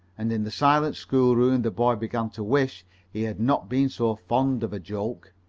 and in the silent schoolroom the boy began to wish he had not been so fond of a joke.